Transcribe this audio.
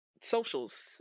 socials